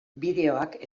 bideoak